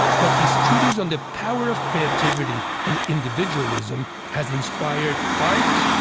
but his treatise on the power of creativity and individualism has inspired art,